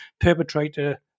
perpetrator